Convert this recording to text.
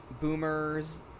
boomers